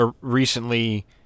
recently –